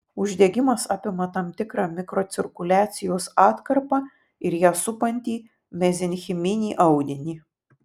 uždegimas apima tam tikrą mikrocirkuliacijos atkarpą ir ją supantį mezenchiminį audinį